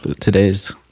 today's